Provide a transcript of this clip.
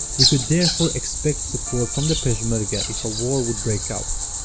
we could therefore expect support from the peshmerga if a war would break out